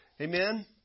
Amen